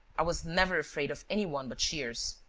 i was never afraid of any one but shears.